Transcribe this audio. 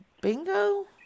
Bingo